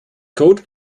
code